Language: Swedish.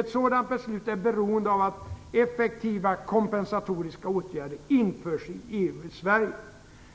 Ett sådant beslut är beroende av att effektiva s.k. kompensatoriska åtgärder införs i EU och i Sverige."